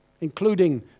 including